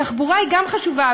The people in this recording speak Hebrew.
תחבורה היא גם חשובה,